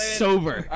sober